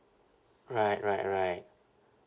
right right right